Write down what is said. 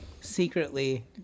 secretly